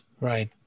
Right